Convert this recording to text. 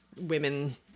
women